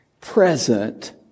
present